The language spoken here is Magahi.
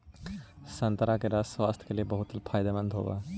संतरा के रस स्वास्थ्य के लिए बहुत फायदेमंद होवऽ हइ